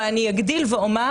ואני אגדיל ואומר,